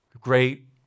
great